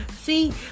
See